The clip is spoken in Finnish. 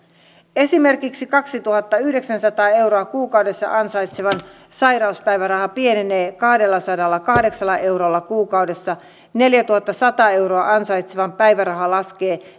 esimerkiksi kaksituhattayhdeksänsataa euroa kuukaudessa ansaitsevan sairauspäiväraha pienenee kahdellasadallakahdeksalla eurolla kuukaudessa neljätuhattasata euroa ansaitsevan päiväraha laskee